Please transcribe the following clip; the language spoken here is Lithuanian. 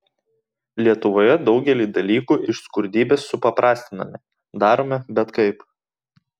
lietuvoje daugelį dalykų iš skurdybės supaprastiname darome bet kaip